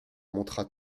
montra